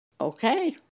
Okay